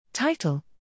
Title